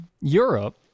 Europe